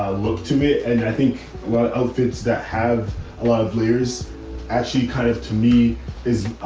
look to me. and i think, well, outfits that have a lot of layers actually kind of to me is,